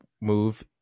move